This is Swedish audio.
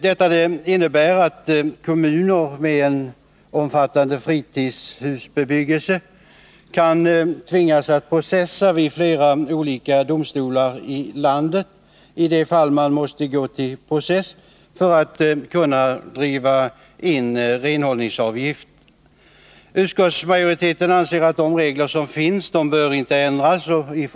Detta innebär att kommuner med en omfattande fritidshusbebyggelse kan tvingas att processa vid flera olika domstolar i landet i de fall man måste gå till process för att kunna driva in renhållningsavgift. Utskottsmajoriteten anser att de regler som finns inte bör ändras.